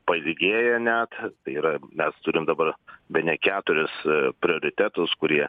pailgėja net tai yra mes turim dabar bene keturis prioritetus kurie